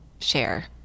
share